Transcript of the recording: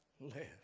live